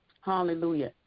hallelujah